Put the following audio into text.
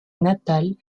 natale